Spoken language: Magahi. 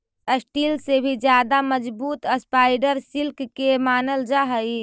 स्टील से भी ज्यादा मजबूत स्पाइडर सिल्क के मानल जा हई